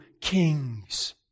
kings